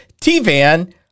T-Van